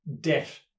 debt